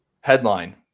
Headline